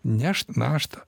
nešt naštą